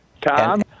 Tom